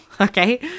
okay